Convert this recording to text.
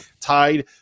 tied